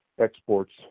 exports